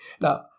Now